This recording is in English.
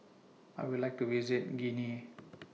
I Would like to visit Guinea